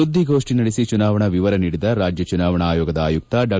ಸುದ್ದಿಗೋಷ್ಣಿ ನಡೆಸಿ ಚುನಾವಣಾ ವಿವರ ನೀಡಿದ ರಾಜ್ಯ ಚುನಾವಣಾ ಆಯೋಗದ ಆಯುಕ್ತ ಡಾ